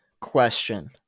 question